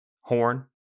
Horn